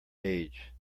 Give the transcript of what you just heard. age